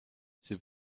c’est